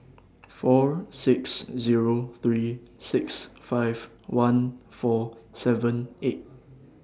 four six Zero three six five one four seven eight